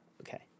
Okay